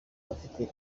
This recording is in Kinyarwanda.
abafite